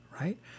right